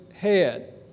head